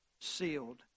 sealed